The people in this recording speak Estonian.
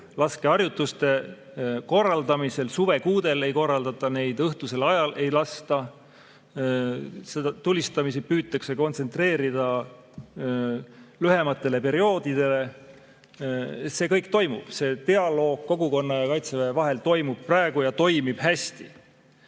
laskeharjutuste korraldamisel. Suvekuudel ei korraldata neid, õhtusel ajal ei lasta. Tulistamisi püütakse kontsentreerida lühematele perioodidele. See kõik toimub, dialoog kogukonna ja Kaitseväe vahel toimub praegu ja toimib hästi.